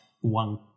one